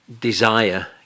desire